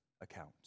account